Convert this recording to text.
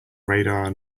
radar